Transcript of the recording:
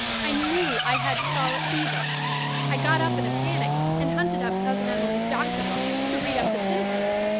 i knew i had scarlet fever i got up in a panic and hunted up cousin emily's doctor book to read up the symptoms.